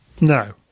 No